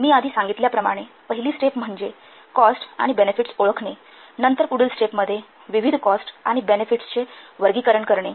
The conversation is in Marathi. मी आधी सांगितल्या प्रमाणे पहिली स्टेप म्हणजे कॉस्ट आणि बेनेफिट्स ओळखणे नंतर पुढील स्टेपमध्ये विविध कॉस्ट आणि बेनेफिट्स वर्गीकरण करणे